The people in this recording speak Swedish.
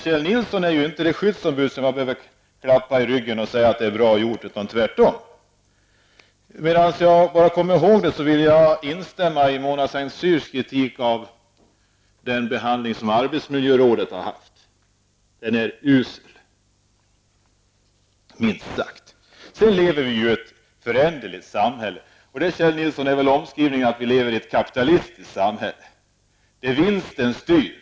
Kjell Nilsson är ju inte ett skyddsombud som man kan klappa på ryggen och säga att det är bra gjort, tvärtom. Medan jag kommer ihåg det vill jag instämma i Mona Saint Cyrs kritik mot den behandling som arbetsmiljörådet har fått. Den är minst sagt usel. Vi lever i ett föränderligt samhälle. Det är väl, Kjell Nilsson, en omskrivning för att vi lever i ett kapitalistiskt samhälle där vinsten styr.